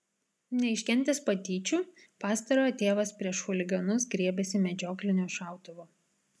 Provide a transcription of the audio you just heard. neiškentęs patyčių pastarojo tėvas prieš chuliganus griebėsi medžioklinio šautuvo